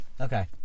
Okay